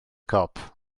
cop